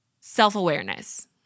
self-awareness